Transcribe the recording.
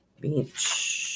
Beach